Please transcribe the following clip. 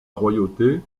royauté